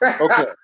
Okay